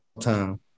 time